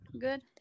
good